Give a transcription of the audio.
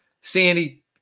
Sandy